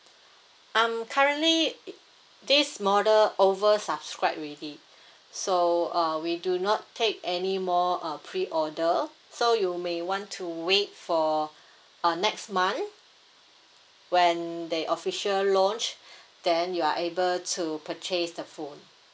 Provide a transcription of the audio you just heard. um currently this model oversubscribed already so uh we do not take any more uh pre-order so you may want to wait for uh next month when they official launch then you are able to purchase the phone